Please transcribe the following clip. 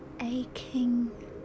aching